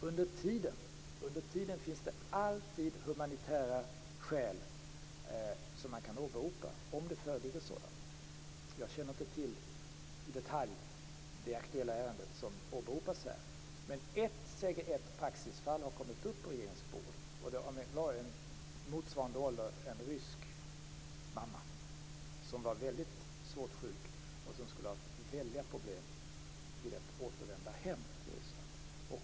Under tiden finns det alltid humanitära skäl som man kan åberopa om det föreligger sådana. Jag känner inte i detalj till det aktuella ärende som åberopas här. Men ett säger ett praxisfall har kommit upp på regeringens bord. Det var en rysk mamma i motsvarande ålder. Hon var mycket svårt sjuk och skulle haft väldiga problem om hon återvänt hem till Ryssland.